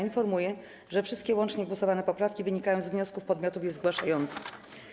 Informuję, że wszystkie łącznie głosowane poprawki wynikają z wniosków podmiotów je zgłaszających.